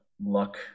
luck